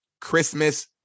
Christmas